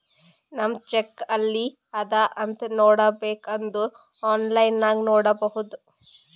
ನಮ್ ಚೆಕ್ ಎಲ್ಲಿ ಅದಾ ಅಂತ್ ನೋಡಬೇಕ್ ಅಂದುರ್ ಆನ್ಲೈನ್ ನಾಗ್ ನೋಡ್ಬೋದು